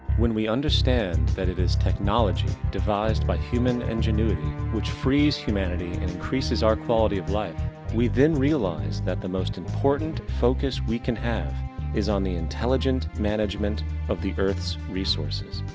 when we understand that it is technology devised by human ingenuity which frees humanity and increases our quality of life we then realize, that the most important focus we can have is on the intelligent management of the earth's resources.